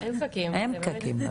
אין פקקים במדינה.